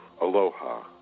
Aloha